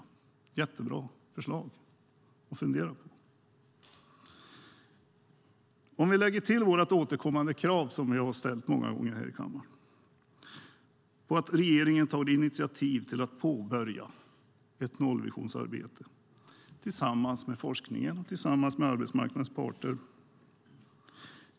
Det är mycket bra förslag att fundera över. Lägg till dessa förslag vårt återkommande krav i kammaren på att regeringen tar initiativ till att påbörja nollvisionsarbete tillsammans med forskningen och arbetsmarknadens parter.